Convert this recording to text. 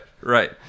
right